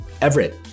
Everett